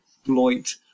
exploit